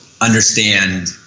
understand